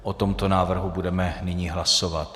O tomto návrhu budeme nyní hlasovat.